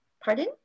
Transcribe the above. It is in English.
pardon